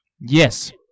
yes